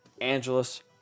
Angeles